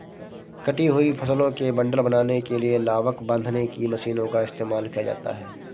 कटी हुई फसलों के बंडल बनाने के लिए लावक बांधने की मशीनों का इस्तेमाल किया जाता है